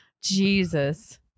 Jesus